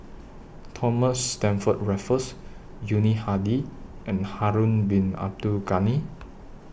Thomas Stamford Raffles Yuni Hadi and Harun Bin Abdul Ghani